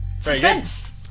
Suspense